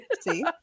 See